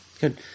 good